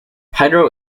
hydro